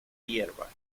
hierbas